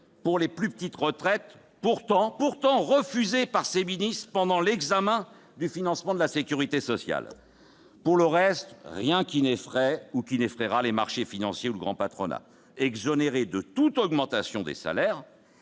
pour les plus petites retraites, pourtant refusé par le Gouvernement pendant l'examen du projet de loi de financement de la sécurité sociale. Pour le reste, rien qui n'effraiera les marchés financiers ou le grand patronat, exonéré de toute augmentation des salaires.